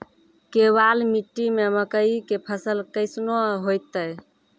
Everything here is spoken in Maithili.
केवाल मिट्टी मे मकई के फ़सल कैसनौ होईतै?